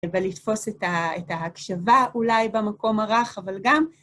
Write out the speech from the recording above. ולתפוס את ההקשבה אולי במקום הרך, אבל גם